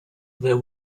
there